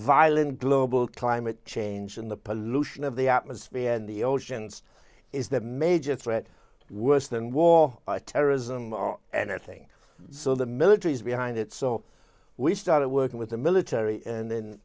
violent global climate change in the pollution of the atmosphere in the oceans is the major threat worse than war by terrorism or anything so the military is behind it so we started working with the military and then